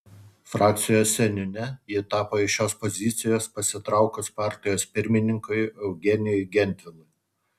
frakcijos seniūne ji tapo iš šios pozicijos pasitraukus partijos pirmininkui eugenijui gentvilui